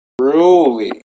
truly